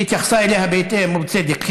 והתייחסה אליה בהתאם, ובצדק.